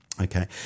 Okay